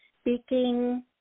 speaking